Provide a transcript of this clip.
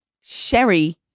sherry